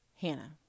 Hannah